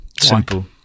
Simple